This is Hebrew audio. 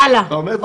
הלאה.